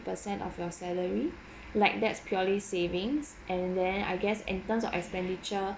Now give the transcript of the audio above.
percent of your salary like that's purely savings and then I guess in terms of expenditure